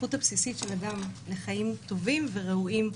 כזכות הבסיסית של אדם לחיים טובים וראויים.